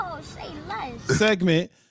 segment